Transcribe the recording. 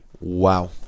wow